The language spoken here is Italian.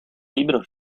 libro